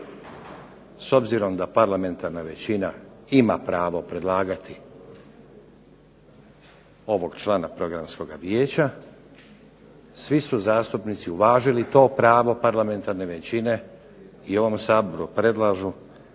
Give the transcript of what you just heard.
S obzirom da parlamentarna većina ima pravo predlagati ovog člana Programskoga vijeća svi su zastupnici uvažili to pravo parlamentarne većine i ovom Saboru predlažu